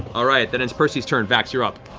all right, that ends percy's turn. vax, you're up.